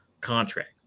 contract